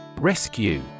Rescue